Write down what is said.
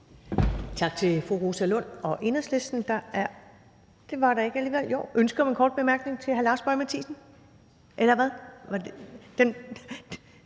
Tak til fru Rosa Lund og Enhedslisten.